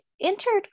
entered